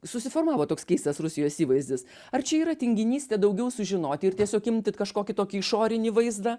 susiformavo toks keistas rusijos įvaizdis ar čia yra tinginystė daugiau sužinoti ir tiesiog imti kažkokį tokį išorinį vaizdą